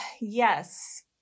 Yes